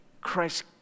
Christ